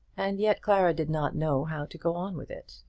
and yet clara did not know how to go on with it.